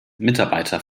mitarbeiter